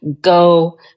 go